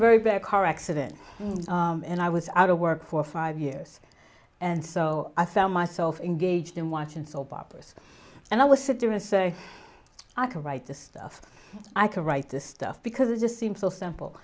very bad car accident and i was out of work for five years and so i found myself engaged in watching soap operas and i was sit there and say i can write this stuff i can write this stuff because it just seems so simple